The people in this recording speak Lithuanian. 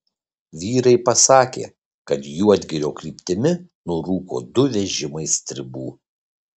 vyrai pasakė kad juodgirio kryptimi nurūko du vežimai stribų